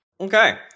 Okay